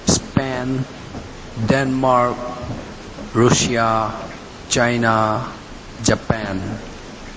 Spain Denmark Russia China Japan